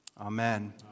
Amen